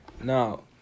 Now